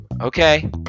Okay